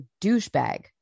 douchebag